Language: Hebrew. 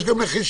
יש גם נחישות,